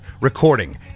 recording